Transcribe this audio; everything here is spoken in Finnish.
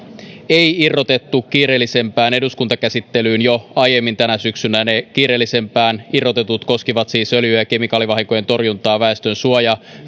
ei irrotettu kiireellisempään eduskuntakäsittelyyn jo aiemmin tänä syksynä ne kiireellisempään irrotetut koskivat siis öljy ja kemikaalivahinkojen torjuntaa väestönsuojien